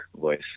voice